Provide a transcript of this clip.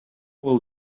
will